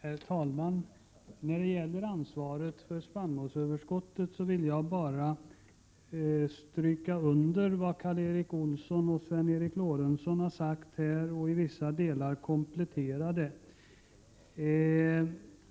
Herr talman! När det gäller ansvaret för spannmålsöverskottet vill jag bara stryka under vad Karl Erik Olsson och Sven Eric Lorentzon har sagt och i vissa delar komplettera det.